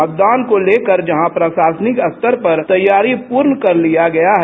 मतदान को लेकर जहां प्रशासनिक स्तर पर तैयारी पूर्ण कर लिया गया है